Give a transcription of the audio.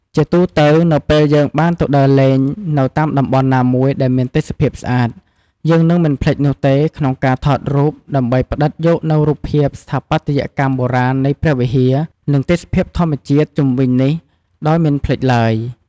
ជាទូរទៅនៅពេលយើងបានទៅដើរលេងនៅតាមតំបន់ណាមួយដែរមានទេសភាពស្អាត យើងនឹងមិនភ្លេចនោះទេក្នុងការថតរូបដើម្បីផ្តិតយកនូវរូបភាពស្ថាបត្យកម្មបុរាណនៃព្រះវិហារ និងទេសភាពធម្មជាតិជុំវិញនេះដោយមិនភ្លេចឡើយ ។